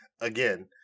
again